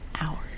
hours